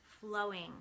flowing